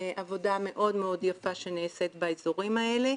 עבודה מאוד מאוד יפה שנעשית באזורים האלה.